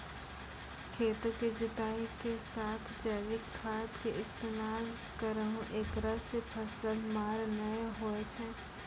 खेतों के जुताई के साथ जैविक खाद के इस्तेमाल करहो ऐकरा से फसल मार नैय होय छै?